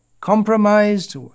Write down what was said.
compromised